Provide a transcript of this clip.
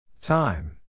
Time